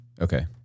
Okay